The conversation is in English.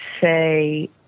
say